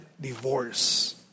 divorce